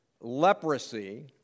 leprosy